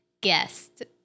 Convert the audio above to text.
guest